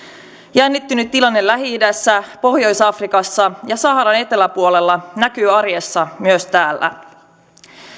jännittynyt tilanne lähi idässä pohjois afrikassa ja saharan eteläpuolella näkyy arjessa myös täällä